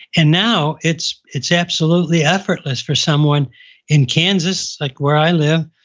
and now, it's it's absolutely effortless for someone in kansas, like where i live,